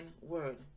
word